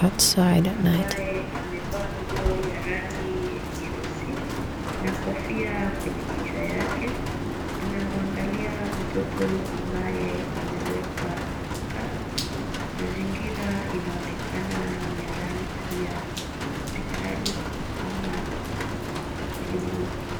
Mama ambaye amevaa nguo ya rangi nyeusi na kofia kwenye kichwa yake, anamwangalia mtoto ambaye amewekwa katika mazingira inaonekana ni ya rangi ya hospitali ama kliniki.